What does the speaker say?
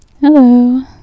Hello